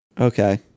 Okay